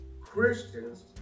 Christians